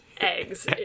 eggs